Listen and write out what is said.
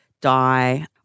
die